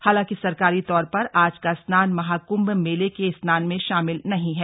हालांकि सरकारी तौर पर आज का स्नान महाकृभ मेले के स्नान में शामिल नहीं है